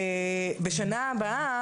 בשנה הבאה,